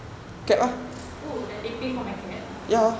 oh like they pay for my cab